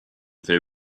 they